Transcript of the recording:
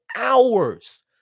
hours